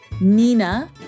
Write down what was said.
Nina